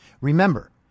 Remember